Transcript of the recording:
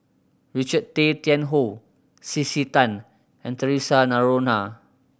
Richard Tay Tian Hoe C C Tan and Theresa Noronha